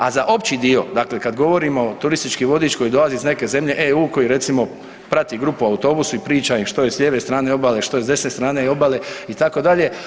A za opći dio dakle kada govorimo turistički vodič koji dolazi iz neke zemlje EU koji recimo prati grupu u autobusu i priča im što je s lijeve strane obale, što je s desne strane obale itd.